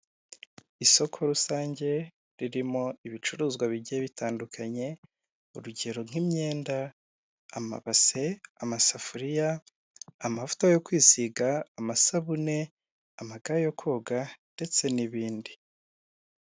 Isoko rusange ririmo ibicuruzwa bijye bitandukanye urugero: nk'imyenda, amabase, amasafuriya, amavuta yo kwisiga, amasabune, ama ga yo koga ndetse n'ibindi.